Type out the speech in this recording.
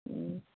ꯎꯝ